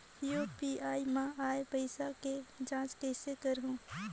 UPI मा आय पइसा के जांच कइसे करहूं?